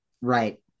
Right